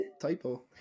typo